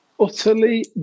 utterly